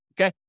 Okay